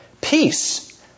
Peace